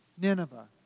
Nineveh